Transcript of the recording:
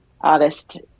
artist